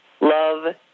Love